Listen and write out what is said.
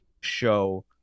show